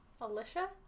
Alicia